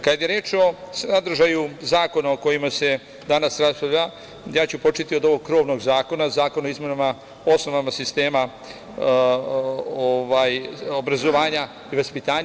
Kada je reč o sadržaju zakona o kojima se danas raspravlja, ja ću početi od ovog krovnog zakona, Zakona o izmenama osnova sistema obrazovanja i vaspitanja.